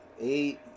eight